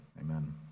Amen